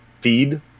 feed